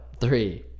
Three